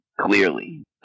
clearly